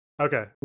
Okay